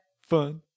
fun